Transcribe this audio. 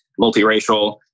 multiracial